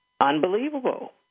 unbelievable